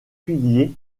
piliers